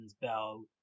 Bell